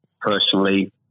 personally